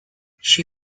she